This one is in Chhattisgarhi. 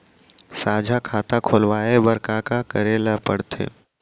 साझा खाता खोलवाये बर का का करे ल पढ़थे?